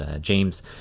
James